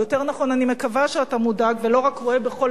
או יותר נכון אני מקווה שאתה מודאג ולא רק רואה בכל